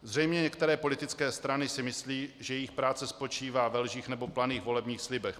Zřejmě některé politické strany si myslí, že jejich práce spočívá ve lžích nebo planých volebních slibech.